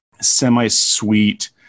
semi-sweet